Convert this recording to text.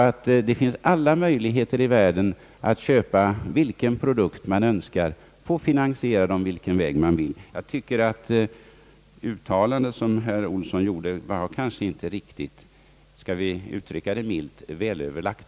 Det finns därför alla möjligheter att här köpa vilken produkt man önskar och ordna finansieringen på vilken väg man vill. Jag tycker inte att det uttalande som herr Olsson gjorde var — om vi skall uttrycka det milt — riktigt välöverlagt.